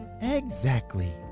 Exactly